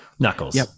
knuckles